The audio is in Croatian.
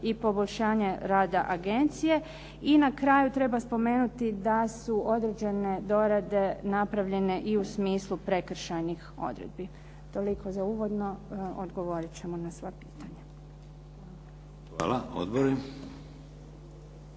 i poboljšanje rada Agencije. I na kraju treba spomenuti da su određene dorade napravljene i u smislu prekršajnih odredbi. Toliko za uvodno. Odgovorit ćemo na sva pitanja. **Šeks, Vladimir